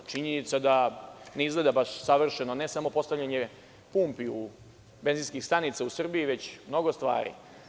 Činjenica je da ne izgleda baš savršeno, ne samo postavljanje pumpi, benzinskih stanica u Srbiji, već mnogo stvari.